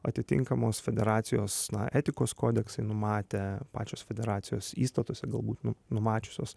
atitinkamos federacijos etikos kodeksai numatę pačios federacijos įstatuose galbūt nu numačiusios